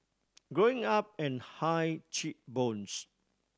growing up and high cheek bones